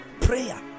prayer